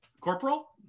Corporal